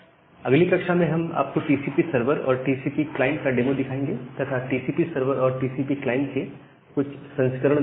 अगली कक्षा में हम आपको टीसीपी सर्वर और टीसीपी क्लाइंटका डेमो दिखाएंगे तथा टीसीपी सर्वर और टीसीपी क्लाइंट के कुछ संस्करण देखेंगे